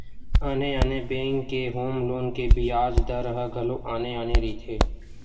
आने आने बेंक के होम लोन के बियाज दर ह घलो आने आने रहिथे